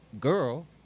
girl